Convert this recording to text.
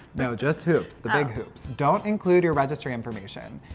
no. just hoops, the big hoops. don't include your registry information.